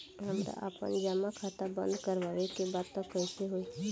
हमरा आपन जमा खाता बंद करवावे के बा त कैसे होई?